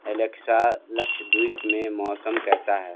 Alexa Lakshadweep में मौसम कैसा है